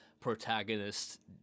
protagonist